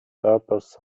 purpose